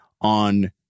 on